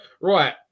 Right